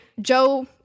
Joe